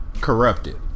corrupted